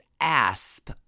asp